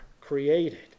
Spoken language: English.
created